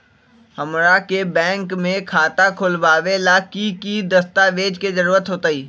हमरा के बैंक में खाता खोलबाबे ला की की दस्तावेज के जरूरत होतई?